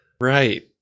right